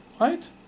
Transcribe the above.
right